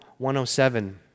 107